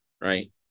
right